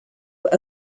were